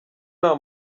nta